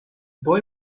boy